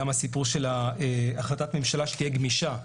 גם הסיפור של החלטת ממשלה שתהיה גמישה,